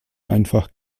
einfach